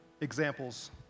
examples